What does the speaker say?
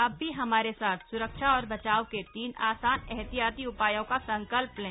आप भी हमारे साथ सुरक्षा और बचाव के तीन आसान एहतियाती उपायों का संकल्प लें